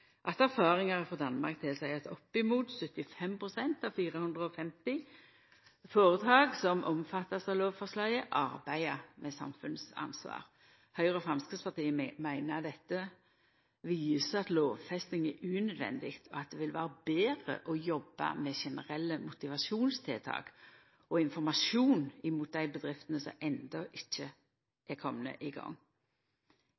frå Danmark tilseier at opp mot 75 pst. av dei 450 føretaka som er omfatta av lovforslaget, arbeider med samfunnsansvar. Høgre og Framstegspartiet meiner dette viser at lovfesting er unødvendig, og at det vil vera betre å jobba med generelle motivasjonstiltak og informasjon opp mot dei bedriftene som enno ikkje